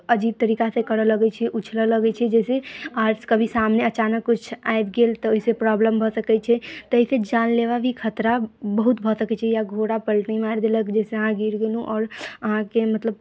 अजीब तरीका से करय लगै छै उछलऽ लगै छै जैसे कभी सामने अचानक किछु आबि गेल तऽ ओहिसे प्रॉब्लम भऽ सकै छै तऽ एहिके जानलेवा भी खतरा बहुत भऽ सकै छै या घोड़ा पलटी मारि देलक जाहि सॅं अहाँ गिर गेलहुॅं आओर अहाँके मतलब